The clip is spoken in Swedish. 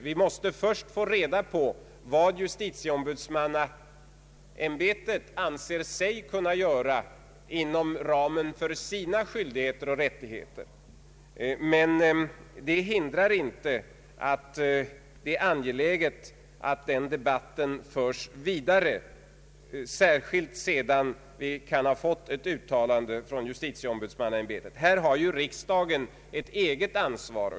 Vi måste först få reda på vad justitieombudsmannaämbetet anser sig kunna göra inom ramen för sina skyldigheter och rättigheter. Men detta hindrar inte att det är angeläget att den debatten förs vidare, särskilt sedan vi har fått ett uttalande från justitieombudsmannaämbetet. Här har riksdagen ett eget ansvar.